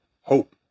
hope